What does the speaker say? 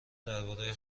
درباره